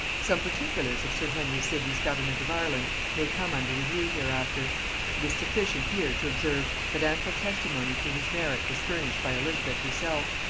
some particulars of sir henry sidney's government of ireland may come under review hereafter it is sufficient here to observe, that ample testimony to his merit was furnished by elizabeth herself,